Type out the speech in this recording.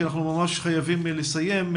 כי אנחנו ממש חייבים לסיים,